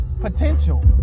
potential